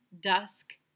dusk